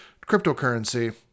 cryptocurrency